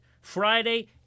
Friday